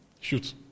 Shoot